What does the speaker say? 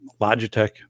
Logitech